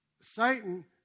Satan